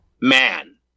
man